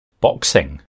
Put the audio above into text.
Boxing